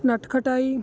ਨਟ ਖਟਾਈ